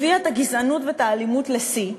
הביאה את הגזענות ואת האלימות לשיא,